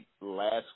last